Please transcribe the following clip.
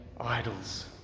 idols